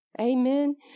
Amen